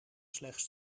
slechts